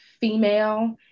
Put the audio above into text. female